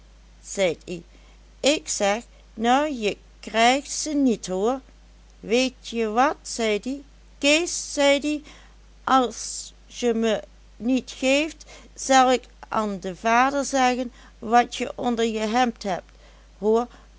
ie ik zeg nou je krijgt ze niet hoor weetje wat zeid ie kees zeid ie as je ze me niet geeft zel ik an de vader zeggen wat je onder je hemd hebt hoor